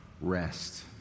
rest